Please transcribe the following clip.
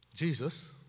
Jesus